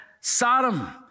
Sodom